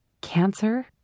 cancer